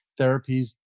therapies